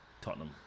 Tottenham